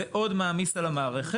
זה עוד מעמיס על המערכת.